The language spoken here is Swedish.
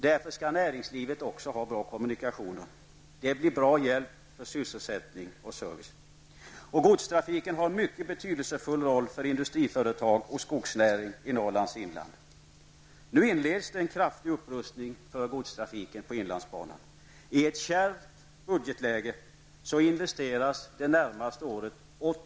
Därför skall näringslivet också ha bra kommunikationer. Det blir en bra hjälp för sysselsättning och service. Godstrafiken har en mycket betydelsefull roll för industriföretag och skogsnäring i Norrlands inland.